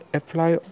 apply